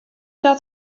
dat